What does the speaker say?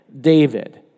David